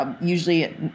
usually